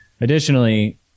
Additionally